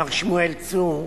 מר שמואל צור,